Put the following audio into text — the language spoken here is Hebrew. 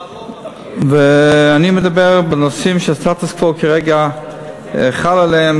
אני מדבר בנושאים שהסטטוס-קוו כרגע חל עליהם,